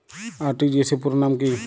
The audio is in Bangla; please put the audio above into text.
আর.টি.জি.এস পুরো নাম কি?